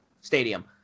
Stadium